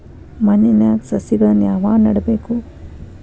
ಮಣ್ಣಿನ್ಯಾಗ್ ಸಸಿಗಳನ್ನ ಯಾವಾಗ ನೆಡಬೇಕು?